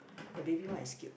the baby one is cute